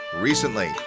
recently